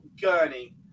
Gurney